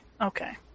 Okay